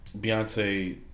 Beyonce